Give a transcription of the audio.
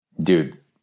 dude